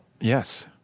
yes